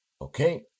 Okay